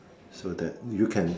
so that you can